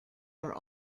are